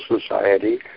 society